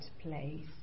place